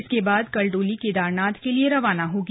इसके बाद कल डोली केदारनाथ के लिए रवाना होगी